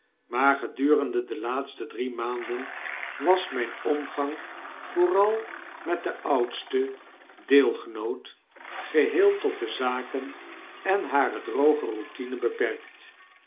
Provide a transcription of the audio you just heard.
maar gedurende de drie laatste maanden was mijn omgang vooral met den oudsten deelgenoot geheel tot de zaken en hare droge routine beperkt